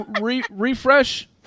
refresh